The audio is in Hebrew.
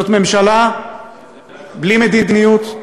זאת ממשלה בלי מדיניות.